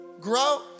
grow